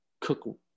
cook